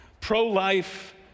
pro-life